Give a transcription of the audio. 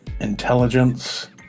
intelligence